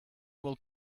will